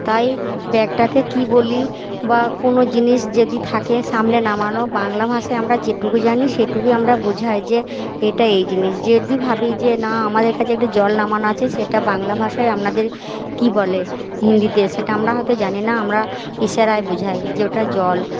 তাই ব্যাগটাকে কী বলি বা কোনও জিনিস যদি থাকে সামনে নামানো বাংলা ভাষায় আমরা যেটুকু জানি সেটুকুই আমরা বোঝাই যে এটা এই জিনিস যদি ভাবি যে না আমাদের কাছে একটু জল নামানো আছে সেটা বাংলা ভাষায় আপনাদের কী বলে হিন্দিতে সেটা আমরা হয়তো জানি না আমরা ইশারায় বোঝাই যে ওটা জল